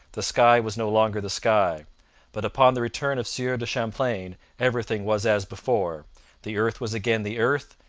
the sky was no longer the sky but upon the return of sieur de champlain everything was as before the earth was again the earth,